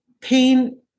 pain